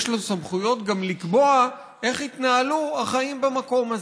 ויש לו סמכויות גם לקבוע איך יתנהלו החיים במקום הזה.